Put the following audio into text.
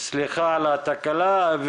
סליחה על התקלה.